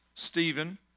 Stephen